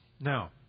Now